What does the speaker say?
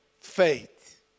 faith